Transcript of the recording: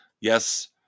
Yes